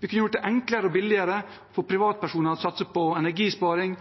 vi kunne ha gjort det enklere og billigere for privatpersoner å satse på energisparing,